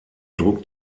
druck